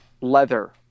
leather